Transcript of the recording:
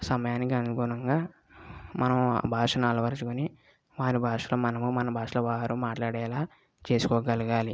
సమయానికి అనుగుణంగా మనము భాషను అలవరచుకొని వారి భాషలో మనము మన భాషలో వారు మాట్లాడేలా చేసుకోగలగాలి